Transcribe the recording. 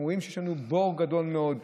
אנחנו רואים שיש לנו בור גדול מאוד,